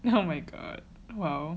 oh my god oh